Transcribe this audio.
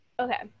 Okay